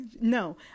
no